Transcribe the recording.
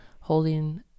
holding